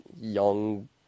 young